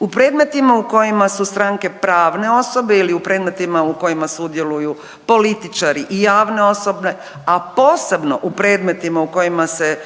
U predmetima u kojima su stranke pravna osobe ili u predmetima u kojima sudjeluju političari i javne osobe, a posebno u predmetima u kojima se